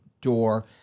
door